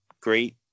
great